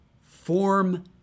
form